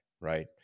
right